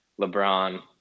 LeBron